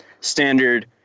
standard